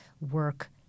work